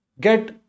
get